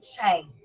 change